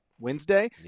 Wednesday